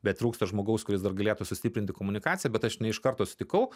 bet trūksta žmogaus kuris dar galėtų sustiprinti komunikaciją bet aš ne iš karto sutikau